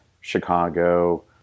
Chicago